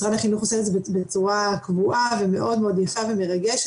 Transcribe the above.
משרד החינוך עושה את זה בצורה קבועה ומאוד מאוד יפה ומרגשת,